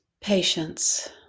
patience